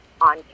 on